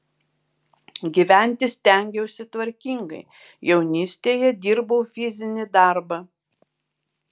gyventi stengiausi tvarkingai jaunystėje dirbau fizinį darbą